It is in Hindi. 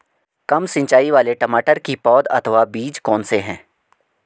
कम सिंचाई वाले टमाटर की पौध अथवा बीज कौन से हैं?